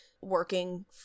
working